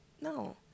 no